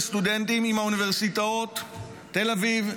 לסטודנטים עם האוניברסיטאות תל אביב,